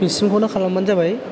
बिसिमखौनो खालामबानो जाबाय